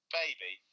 baby